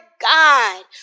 God